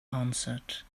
answered